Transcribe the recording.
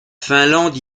finlande